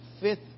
fifth